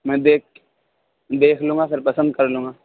میں دیکھ دیکھ لوں گا پھر پسند کر لوں گا